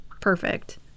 perfect